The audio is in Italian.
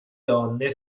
donne